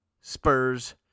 Spurs